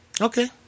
Okay